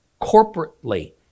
corporately